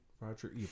Roger